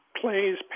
plays